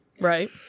Right